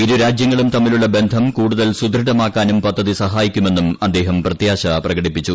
ഇരു രാജ്യങ്ങളും തമ്മിലുള്ള ബന്ധം കൂടുതൽ സുദൃഡമാക്കാനും പദ്ധതി സഹായിക്കുമെന്നും അദ്ദേഹം പ്രത്യാശ പ്രകടിപ്പിച്ചു